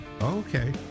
Okay